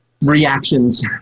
reactions